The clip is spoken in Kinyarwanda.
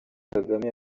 kagame